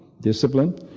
discipline